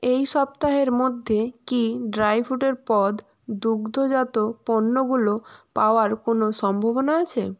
এই সপ্তাহের মধ্যে কি ড্রাই ফ্রুটের পদ দুগ্ধজাত পণ্যগুলো পাওয়ার কোনো সম্ভাবনা আছে